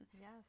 Yes